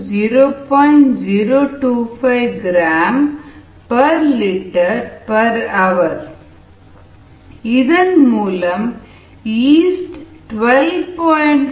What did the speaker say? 025 gl h இதன் மூலம் yeast 12